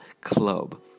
club